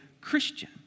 Christian